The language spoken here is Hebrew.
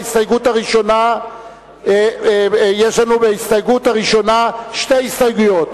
בהסתייגות הראשונה יש לנו שתי הסתייגויות.